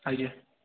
ଆଜ୍ଞା